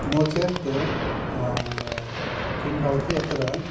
नो चेत् किं भवति अत्र